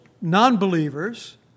non-believers